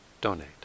donate